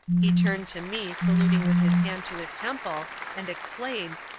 he turned to me, saluting with his hand to his temple, and explained,